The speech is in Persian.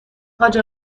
حاج